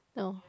no